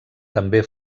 també